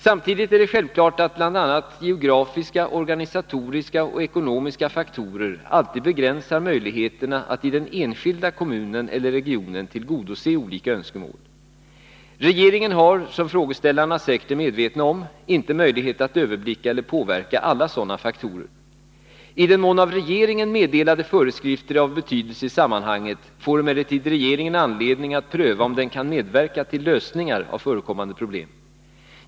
Samtidigt är det självklart att bl.a. geografiska, organisatoriska och ekonomiska faktorer alltid begränsar möjligheterna att i den enskilda kommunen eller regionen tillgodose olika önskemål. Regeringen har — som frågeställarna säkert är medvetna om — inte möjlighet att överblicka eller påverka alla sådana faktorer. I den mån av regeringen meddelade föreskrifter är av betydelse i sammanhanget får emellertid regeringen anledning att pröva om den kan medverka till lösningar av förekommande problem.